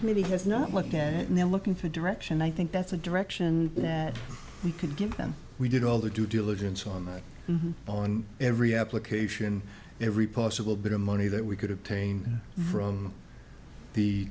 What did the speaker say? committee has not looked at it and they're looking for direction i think that's a direction that we can give and we did all the due diligence on that on every application every possible bit of money that we could obtain from the